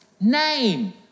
Name